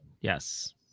yes